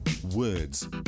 Words